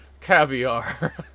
caviar